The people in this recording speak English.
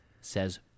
says